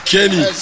Kenny